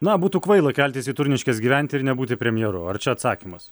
na būtų kvaila keltis į turniškes gyventi ir nebūti premjeru ar čia atsakymas